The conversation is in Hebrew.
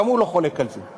גם הוא לא חולק על זה: